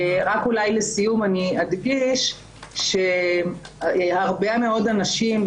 לסיום אני אדגיש שהרבה מאוד אנשים,